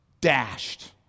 dashed